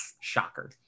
shocker